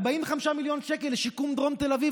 45 מיליון שקל לשיקום דרום תל אביב,